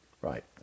right